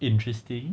interesting